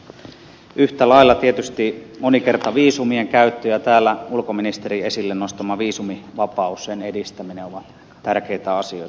yhtä lailla tietysti monikertaviisumien käyttö ja täällä ulkoministerin esille nostama viisumivapaus sen edistäminen ovat tärkeitä asioita